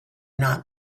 not